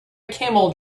camel